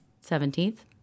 Seventeenth